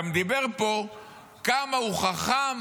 וגם דיבר פה על כמה הוא חכם,